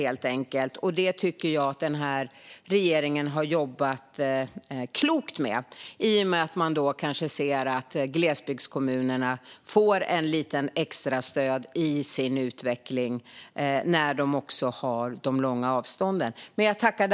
Detta tycker jag att regeringen har jobbat klokt med, och vi kan se att glesbygdskommunerna får lite extra stöd i sin utveckling när de har långa avstånd.